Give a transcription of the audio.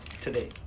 today